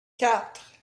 quatre